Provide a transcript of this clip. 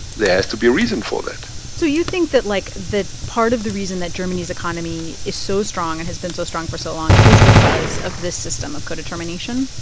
there has to be a reason for that so you think that, like, the part of the reason that germany's economy is so strong and has been so strong for so long is because of this system of codetermination?